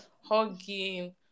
hugging